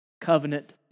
covenant